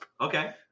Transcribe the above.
Okay